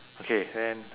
okay when